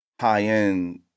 high-end